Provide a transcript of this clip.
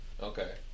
okay